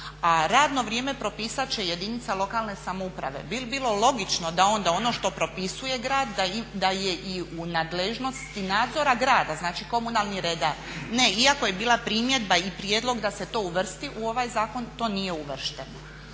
a radno vrijeme propisat će jedinica lokalne samouprave. Bil bilo logično da onda ono što propisuje grad da je i u nadležnosti nadzora grada, znači komunalni redar? Ne, iako je bila primjedba i prijedlog da se to uvrsti u ovaj zakon to nije uvršteno.